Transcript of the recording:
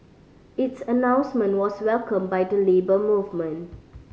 its announcement was welcomed by the Labour Movement